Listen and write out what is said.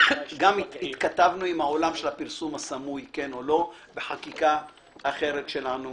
גם התכתבנו עם העולם של הפרסום הסמוי כן או לא בחקיקה אחרת שלנו